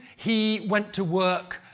he went to work,